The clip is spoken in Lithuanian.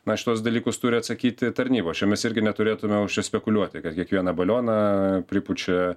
na šituos dalykus turi atsakyti tarnybos čia mes irgi neturėtume užsispekuliuoti kad kiekvieną balioną pripučia